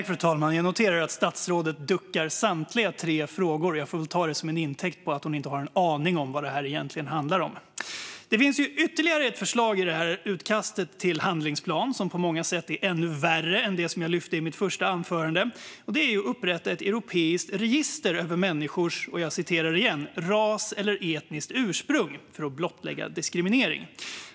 Fru talman! Jag noterar att statsrådet duckar för samtliga tre frågor. Jag får väl ta det till intäkt för att hon inte har en aning om vad detta egentligen handlar om. Det finns ytterligare ett förslag i detta utkast till handlingsplan som på många sätt är ännu värre än det jag lyfte fram i mitt första anförande, och det är upprättandet av ett europeiskt register över människors ras eller etniska ursprung för att blottlägga diskriminering.